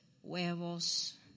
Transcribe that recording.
Huevos